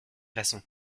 façons